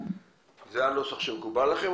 הוא הנוסח שמקובל עליכם?